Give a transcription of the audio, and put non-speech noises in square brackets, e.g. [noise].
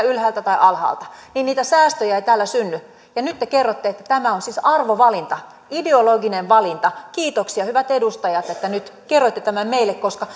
[unintelligible] ylhäältä tai alhaalta niin niitä säästöjä ei tällä synny ja nyt te kerrotte että tämä on siis arvovalinta ideologinen valinta kiitoksia hyvät edustajat että nyt kerroitte tämän meille koska [unintelligible]